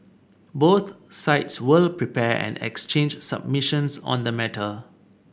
both sides will prepare and exchange submissions on the matter